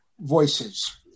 voices